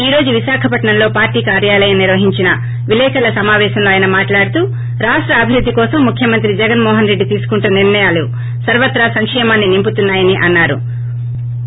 ఈ రోజు విశాఖపట్సంలో పార్టీ కొర్యాలయంలో నిర్వహించిన విలేకర్ల సమాపేశంలో ఆయన మాట్లాడుతూ రాష్ట్ అభివృద్ధి కోసం ముఖ్యమంత్రి జగన్ మోహన్ రెడ్డి తీసుకుంటున్న నిర్ణయాలు సర్వత్రా సంకేమాన్ని నింపుతున్నా యని అన్నా రు